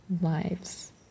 lives